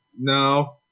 No